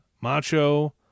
Macho